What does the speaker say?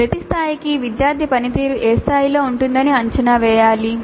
ప్రతి స్థాయికి విద్యార్థి పనితీరు ఏ స్థాయిలో ఉంటుందని అంచనా వేయాలి